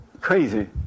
crazy